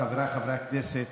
חבר הכנסת